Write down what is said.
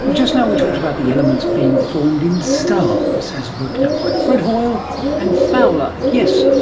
just now we talked about the elements being formed in stars, as worked out by fred hoyle and fowler, yes,